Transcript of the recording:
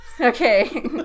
Okay